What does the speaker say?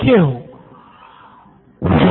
professor okay